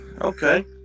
Okay